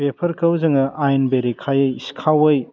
बेफोरखौ जोङो आयेन बेरेखायै सिखावै